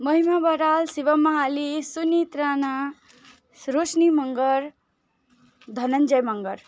Mahima Baral Shiv Mahali Sunit Rana Roshni Mangar Dhananjay Magar